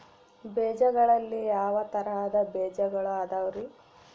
ಬೇಜಗಳಲ್ಲಿ ಯಾವ ತರಹದ ಬೇಜಗಳು ಅದವರಿ?